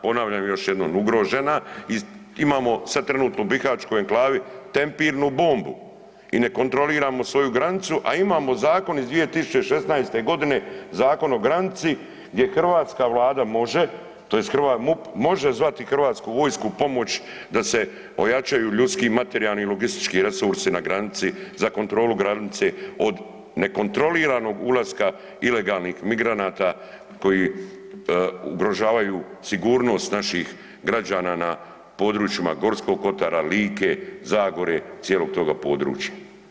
Ponavljam još jednom ugrožena i imamo sada trenutno u Bihaćkoj enklavi tempirnu bombu i ne kontroliramo svoju granicu, a imamo zakon iz 2016. godine zakon o granici gdje hrvatska Vlada može tj. MUP može zvati hrvatsku vojsku u pomoć da se ojačaju ljudskim materijalni i logistički resursi na granici za kontrolu granice od nekontroliranog ulaska ilegalnih migranata koji ugrožavaju sigurnost naših građana na područjima Gorskog kotara, Like, Zagore cijelog toga područja.